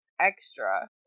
extra